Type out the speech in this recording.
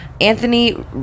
Anthony